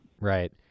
Right